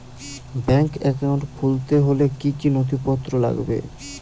Bank account খুলতে হলে কি কি নথিপত্র লাগবে?